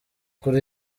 kuri